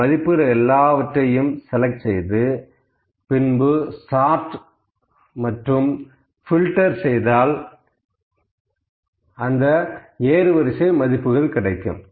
இந்த மதிப்புகள் எல்லாவற்றையும் செலக்ட் செய்து பின்பு சார்ட் மற்றும் பில்டர் செய்தால் கிடைக்கும்